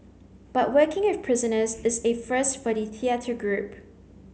but working with prisoners is a first for the theatre group